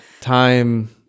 Time